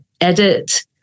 edit